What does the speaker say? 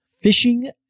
fishing